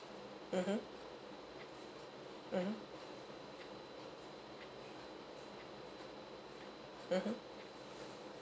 mmhmm mmhmm mmhmm